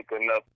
enough